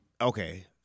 okay